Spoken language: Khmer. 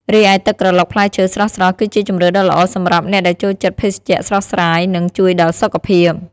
រីឯទឹកក្រឡុកផ្លែឈើស្រស់ៗ គឺជាជម្រើសដ៏ល្អសម្រាប់អ្នកដែលចូលចិត្តភេសជ្ជៈស្រស់ស្រាយ នឹងជួយដល់សុខភាព ។